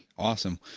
awesome,